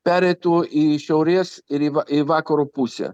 pereitų į šiaurės ir į į vakaro pusę